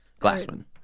Glassman